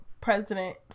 President